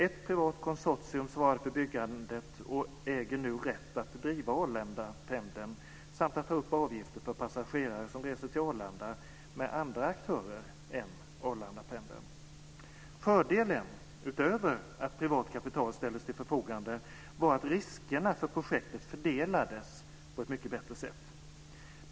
Ett privat konsortium svarade för byggandet och äger nu rätt att driva Arlandapendeln samt att ta upp avgifter för passagerare som reser till Arlanda med andra aktörer än Arlandapendeln. Fördelen, utöver att privat kapital ställdes till förfogande, var att riskerna för projektet fördelades på ett mycket bättre sätt.